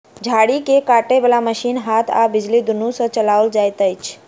झाड़ी के काटय बाला मशीन हाथ आ बिजली दुनू सँ चलाओल जाइत छै